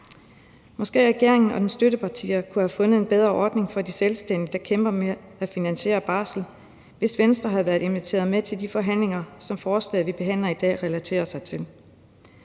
kunne regeringen og dens støttepartier have fundet en bedre ordning for de selvstændige, der kæmper med at finansiere barsel, hvis Venstre havde været inviteret med til de forhandlinger, som forslaget, vi behandler i dag, relaterer sig til.